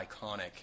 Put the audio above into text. iconic